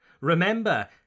Remember